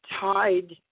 tied